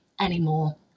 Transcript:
anymore